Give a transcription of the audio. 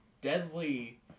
deadly